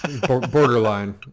borderline